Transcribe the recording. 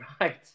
Right